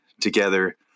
together